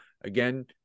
again